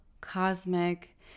cosmic